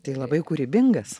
tai labai kūrybingas